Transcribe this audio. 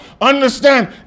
Understand